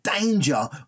danger